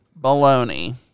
baloney